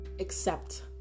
accept